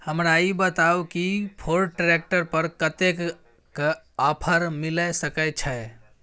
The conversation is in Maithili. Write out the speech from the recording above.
हमरा ई बताउ कि फोर्ड ट्रैक्टर पर कतेक के ऑफर मिलय सके छै?